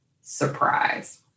surprise